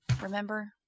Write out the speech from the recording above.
Remember